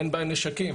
אין בהם נשקים,